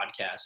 podcast